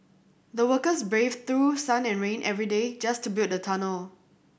the workers braved through sun and rain every day just to build the tunnel